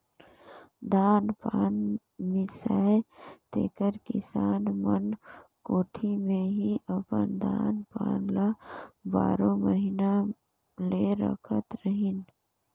धान पान मिसाए तेकर किसान मन कोठी मे ही अपन धान पान ल बारो महिना ले राखत रहिन